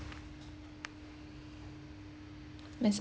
miss